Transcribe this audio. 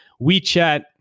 WeChat